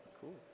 Cool